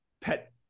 pet